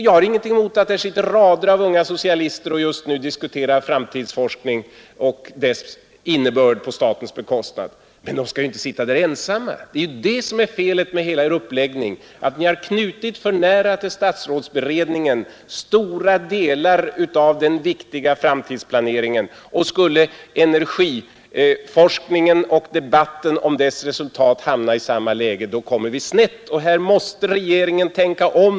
Jag har ingenting emot att det sitter rader av unga socialister och diskuterar fram framtidsforskningen och dess innebörd på statens bekostnad. Men de skall inte sitt där ensamma! Felet med hela er uppläggning är att ni knutit för nära till statsrådsberedningen stora delar av den viktiga framtidsplaneringen. Skulle energiforskningen och debatten om dess resultat hamna i samma läge kommer vi snett. Här måste regeringen tänka om.